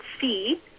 see